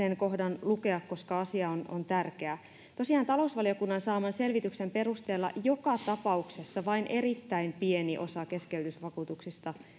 sen kohdan lukea koska asia on on tärkeä tosiaan talousvaliokunnan saaman selvityksen perusteella joka tapauksessa vain erittäin pieni osa keskeytysvakuutuksista